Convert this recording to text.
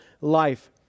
life